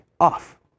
off